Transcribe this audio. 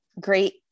great